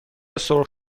سرخ